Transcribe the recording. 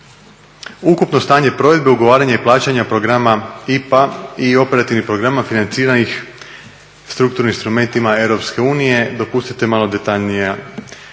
Ukupno stanje provedbe, ugovaranja i plaćanja programa IPA i operativnih programa financira ih strukturnim instrumentima EU, dopustite malo detaljnije